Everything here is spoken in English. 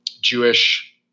Jewish